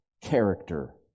character